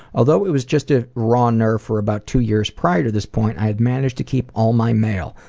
although it was just a raw nerve for about two years prior to this point, i had managed to keep all my mail.